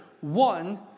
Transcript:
one